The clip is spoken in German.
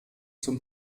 zum